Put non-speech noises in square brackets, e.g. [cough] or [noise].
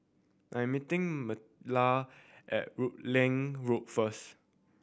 I am meeting [unintelligible] at Rutland Road first